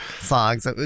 songs